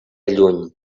lluny